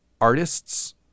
artists